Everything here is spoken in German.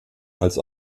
als